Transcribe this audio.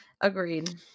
agreed